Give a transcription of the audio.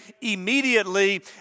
immediately